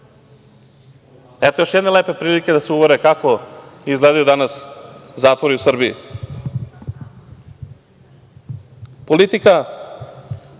Eto još jedne lepe prilike da se uvere kako izgledaju danas zatvori u